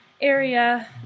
area